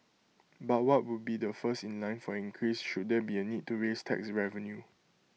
but what would be the first in line for an increase should there be A need to raise tax revenue